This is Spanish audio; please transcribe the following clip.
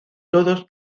todos